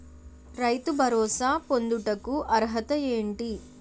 రైతు భరోసా పొందుటకు అర్హత ఏంటి?